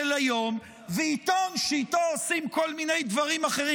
היום ועיתון שאיתו עושים כל מיני דברים אחרים,